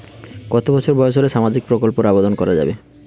কত বছর বয়স হলে সামাজিক প্রকল্পর আবেদন করযাবে?